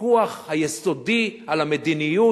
לוויכוח היסודי על המדיניות,